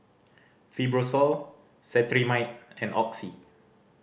Fibrosol Cetrimide and Oxy